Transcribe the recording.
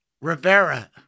Rivera